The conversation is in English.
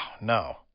no